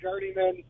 journeyman